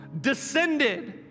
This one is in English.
descended